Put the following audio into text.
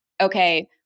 okay